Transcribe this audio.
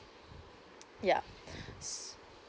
yup